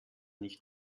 nicht